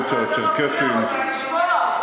רוצים לשמוע.